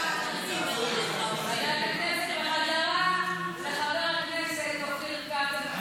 לוועדת הכנסת ובחזרה לחבר הכנסת אופיר כץ.